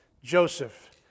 Joseph